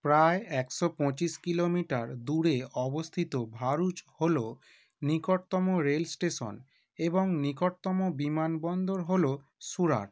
প্রায় একশো পঁচিশ কিলোমিটার দূরে অবস্থিত ভারুচ হলো নিকটতম রেল স্টেশন এবং নিকটতম বিমানবন্দর হলো সুরাট